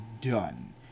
done